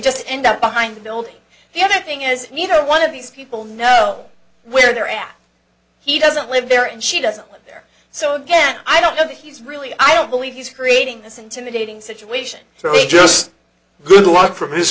just end up behind the building the other thing is you know one of these people know where they're at he doesn't live there and she doesn't live there so again i don't know that he's really i don't believe he's creating this intimidating situation so they just good luck from this